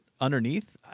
underneath